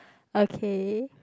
okay